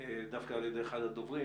אחד הדוברים,